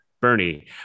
Bernie